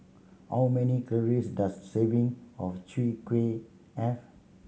how many calories does serving of Chwee Kueh have